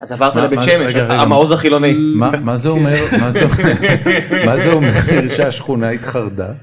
‫אז עברת לבית שמש, המעוז החילוני. ‫-מה זה אומר שהשכונה התחרדה?